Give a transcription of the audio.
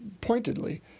pointedly